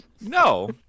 No